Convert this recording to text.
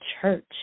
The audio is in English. church